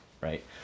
right